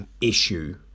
issue